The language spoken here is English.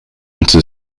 into